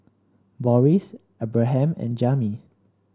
Boris Abraham and Jami